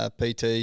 PT